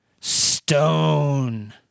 stone